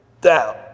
down